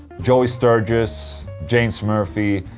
joey sturgis, james murphy.